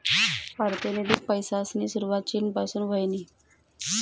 पारतिनिधिक पैसासनी सुरवात चीन पासून व्हयनी